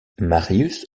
marius